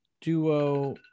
duo